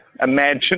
imagine